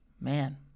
man